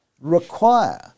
require